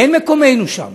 אין מקומנו שם.